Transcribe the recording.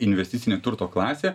investicinė turto klasė